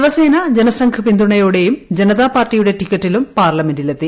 ശിവസേന ജനസംഘ് പിന്തുണയോടെയും ജനതാ പാർട്ടിയുടെ ടിക്കറ്റിലും പാർലമെന്റിലെത്തി